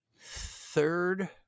third